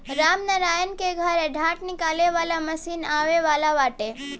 रामनारायण के घरे डाँठ निकाले वाला मशीन आवे वाला बाटे